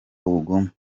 ubugome